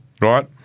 right